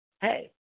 hey